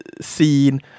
scene